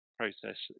process